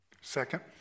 Second